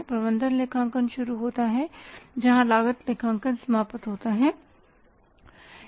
प्रबंधन लेखांकन शुरू होता है जहां लागत लेखांकन समाप्त होता है